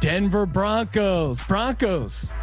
denver broncos broncos,